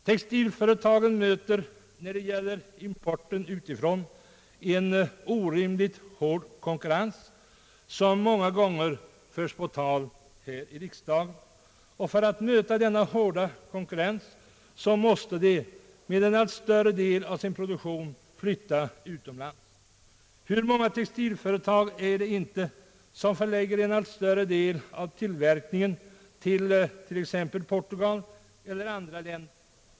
Textilföretagen möter när det gäller importen en orimligt hård konkurrens, som många gånger förts på tal här i riksdagen. För att möta denna hårda konkurrens måste de med en allt större del av sin produktion flytta utom lands. Hur många textilföretag är det inte som förlägger en allt större del av tillverkningen till t.ex. Portugal eller andra länder.